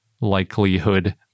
likelihood